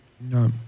No